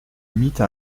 imite